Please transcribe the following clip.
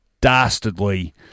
dastardly